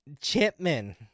Chipman